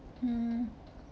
hmm